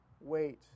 Wait